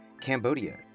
cambodia